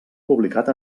publicat